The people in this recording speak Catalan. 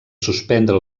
suspendre